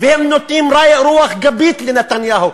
והם נותנים רוח גבית לנתניהו,